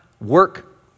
work